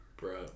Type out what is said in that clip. Bro